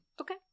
Okay